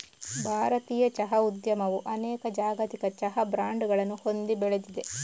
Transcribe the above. ಭಾರತೀಯ ಚಹಾ ಉದ್ಯಮವು ಅನೇಕ ಜಾಗತಿಕ ಚಹಾ ಬ್ರಾಂಡುಗಳನ್ನು ಹೊಂದಿ ಬೆಳೆದಿದೆ